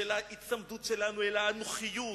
של ההיצמדות שלנו אל האנוכיות,